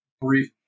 brief